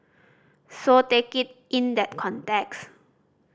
so take it in that context